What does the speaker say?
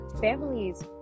families